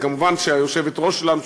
כמובן היושבת-ראש שלנו,